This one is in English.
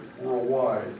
worldwide